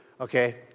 okay